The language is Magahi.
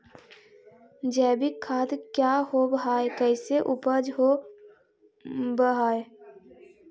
जैविक खाद क्या होब हाय कैसे उपज हो ब्हाय?